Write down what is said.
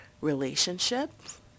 relationships